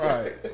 Right